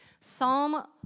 Psalm